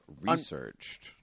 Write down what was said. researched